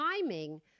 timing